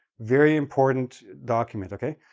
very important document, okay?